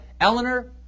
Eleanor